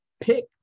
pick